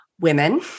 women